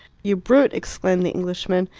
you brute! exclaimed the englishman.